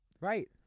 Right